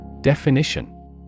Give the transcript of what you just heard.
Definition